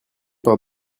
par